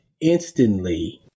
instantly